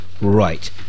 Right